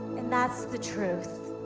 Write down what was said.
and that's the truth.